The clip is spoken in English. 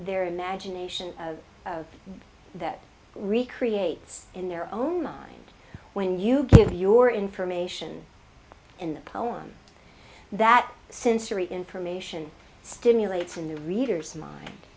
their imagination that recreates in their own mind when you give your information in the poem that sensory information stimulates in the reader's mind